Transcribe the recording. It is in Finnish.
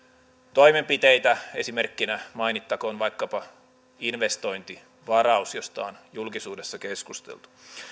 toimenpiteitä esimerkkinä mainittakoon vaikkapa investointivaraus josta on julkisuudessa keskusteltu